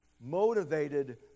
Motivated